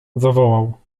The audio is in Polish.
zawołał